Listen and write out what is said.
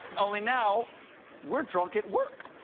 only now we're drunk at work